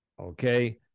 okay